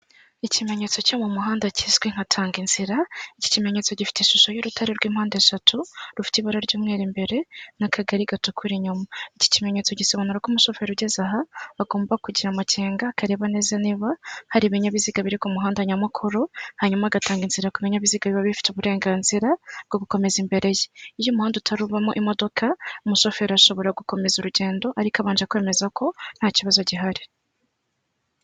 Ikimenyetso cyo mu muhanda kizwi nkatanga inzira, iki kimenyetso gifite ishusho y'urutare rw'impande eshatu, rufite ibara ry'umweru imbere n'akagari gatukura inyuma, iki kimenyetso gisobanura ko umushoferi ugeze aha agomba kugira amakenga akareba neza niba hari ibinyabiziga biri ku muhanda nyamukuru hanyuma agatanga inzira ku binyabiziga biba bifite uburenganzira bwo gukomeza imbere ye, iyo umuhanda utari ubamo imodoka umushoferi ashobora gukomeza urugendo ariko abanje kwemeza ko nta kibazo gihari.